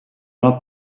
not